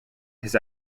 his